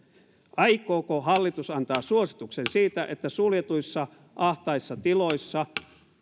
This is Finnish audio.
aikooko hallitus antaa suosituksen siitä että suljetuissa ahtaissa tiloissa